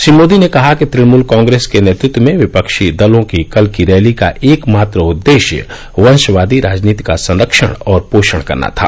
श्री मोदी ने कहा कि तृणमूल कांग्रेस के नेतृत्व में विपक्षी दलों की कल की रैली का एकमात्र उद्देश्य वशवादी राजनीति का संरक्षण और पोषण करना था